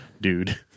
dude